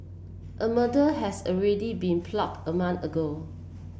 a murder has already been plotted a month ago